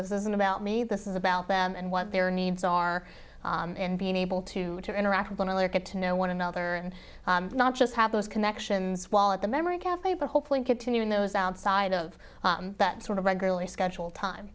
this isn't about me this is about them and what their needs are and being able to interact with one another get to know one another and not just have those connections while at the memory cafe for hopefully continuing those outside of that sort of regularly scheduled time